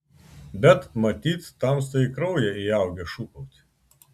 bet matyt tamstai į kraują įaugę šūkauti